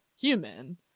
human